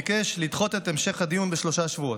ביקש לדחות את המשך הדיון בשלושה שבועות.